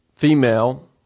female